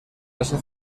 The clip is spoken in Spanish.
asia